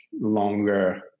longer